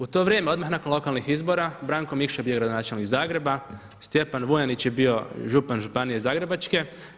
U to vrijeme odmah nakon lokalnih izbora Branko Mikša bio je gradonačelnik Zagreba, Stjepan Vujanić je bio župan Županije Zagrebačke.